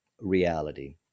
reality